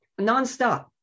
nonstop